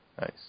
Nice